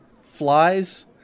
flies